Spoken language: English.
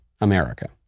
America